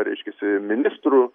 reiškiasi ministrų